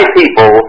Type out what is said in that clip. people